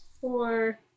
four